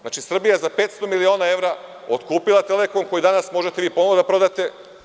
Znači, Srbija je za 500 miliona evra otkupila „Telekom“ koji danas možete ponovo da prodate.